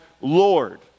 Lord